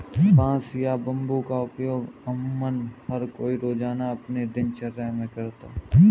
बांस या बम्बू का उपयोग अमुमन हर कोई रोज़ाना अपनी दिनचर्या मे करता है